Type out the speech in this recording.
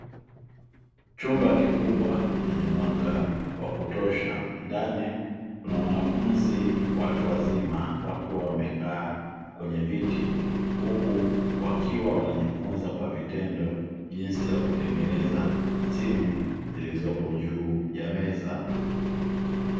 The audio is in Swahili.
Chumba kikubwa chenye mwanga wa kutosha. Ndani kuna wanafunzi watu wazima, wakiwa wamekaa kwenye viti, huku wakiwa wanajifunza kwa vitendo jinsi ya kutengeneza simu zilizopo juu ya meza.